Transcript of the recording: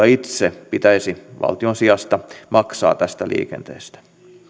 itse pitäisi valtion sijasta maksaa tästä liikenteestä